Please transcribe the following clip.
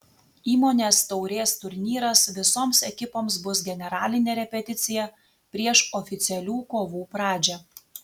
įmonės taurės turnyras visoms ekipoms bus generalinė repeticija prieš oficialių kovų pradžią